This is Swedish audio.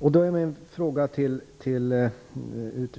Jag vill ställa en fråga till utrikesministern.